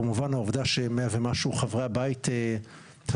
כמובן העובדה שמאה ומשהו חברי הבית הזה